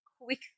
quick